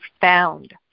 found